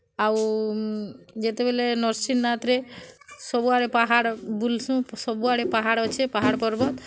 ଆଉ ଯେତେବେଲେ ନୃସିଂହନାଥ୍ରେ ସବୁ ଆଡ଼େ ପାହାଡ଼୍ ବୁଲ୍ସୁଁ ସବୁ ଆଡ଼େ ପାହାଡ଼୍ ଅଛେ ପାହାଡ଼୍ ପର୍ବତ୍